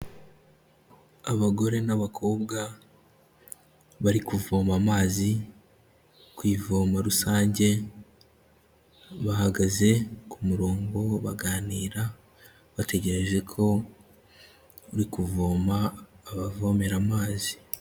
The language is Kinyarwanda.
Abagore n'abakobwa bari kuvoma amazi ku ivomo rusange, bahagaze ku murongo baganira bategereje ko uri kuvoma abavomera amazi.